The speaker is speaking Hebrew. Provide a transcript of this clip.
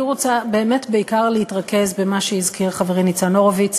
אני רוצה בעיקר להתרכז במה שהזכיר חברי ניצן הורוביץ,